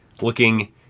looking